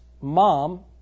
mom